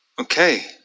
Okay